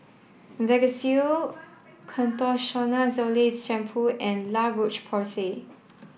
Vagisil Ketoconazole Shampoo and La Roche Porsay